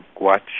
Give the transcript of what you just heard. watch